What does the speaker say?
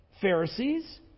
Pharisees